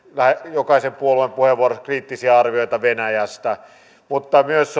jokaisen puolueen puheenvuorossa kriittisiä arvioita venäjästä mutta myös